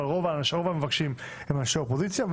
אבל רוב המבקשים הם אנשי אופוזיציה.